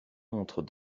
entre